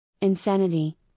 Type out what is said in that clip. insanity